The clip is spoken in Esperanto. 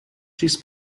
ĝis